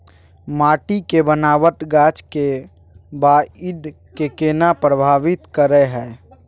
माटी के बनावट गाछ के बाइढ़ के केना प्रभावित करय हय?